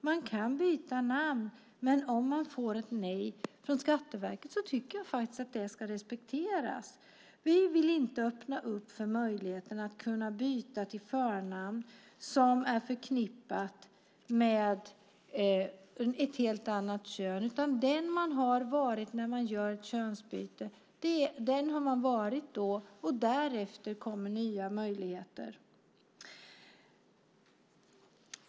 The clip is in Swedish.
Man kan byta namn, men om man får ett nej från Skatteverket tycker jag att det ska respekteras. Vi vill inte öppna för möjligheten att byta till förnamn som är förknippat med ett helt annat kön. Den man har varit när man gör ett könsbyte har man varit, och därefter kommer nya möjligheter.